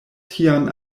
tian